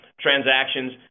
transactions